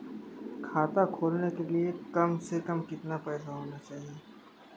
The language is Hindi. खाता खोलने के लिए कम से कम कितना पैसा होना चाहिए?